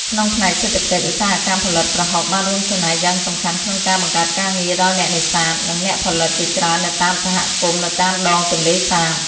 ក្នុងផ្នែកសេដ្ឋកិច្ច ឧស្សាហកម្មផលិតប្រហុកបានរួមចំណែកយ៉ាងសំខាន់ក្នុងការ បង្កើតការងារ ដល់អ្នកនេសាទ និងអ្នកផលិតជាច្រើននៅតាមសហគមន៍នៅតាមដងទន្លេសាប។